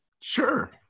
sure